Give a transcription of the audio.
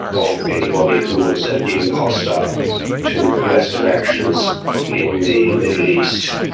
of anybody who was deemed hostile to western actions in the middle east.